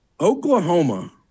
oklahoma